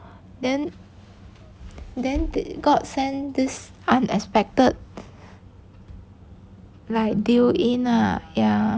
then then they got send this unexpected like view in ah